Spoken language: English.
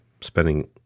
spending